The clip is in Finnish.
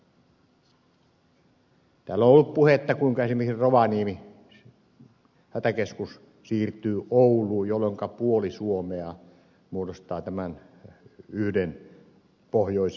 täällä on ollut puhetta kuinka esimerkiksi rovaniemen hätäkeskus siirtyy ouluun jolloinka puoli suomea muodostaa yhden pohjoisimman alueen